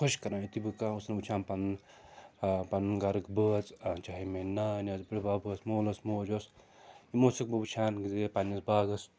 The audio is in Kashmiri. خۄش کَران یُتھُے بہٕ کانٛہہ اوسَن وُچھان پَنُن آ پَنُن گَرٕکۍ بٲژ چاہے میٛٲنۍ نانۍ ٲس بُڈبَب ٲس مول اوس موج ٲس یِم اوسُکھ بہٕ وُچھان زِ پَنٕنِس باغَس